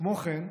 כמו כן,